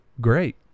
great